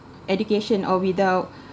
education or without